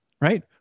Right